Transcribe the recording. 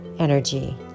energy